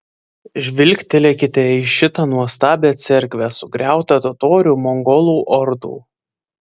žvilgtelėkite į šitą nuostabią cerkvę sugriautą totorių mongolų ordų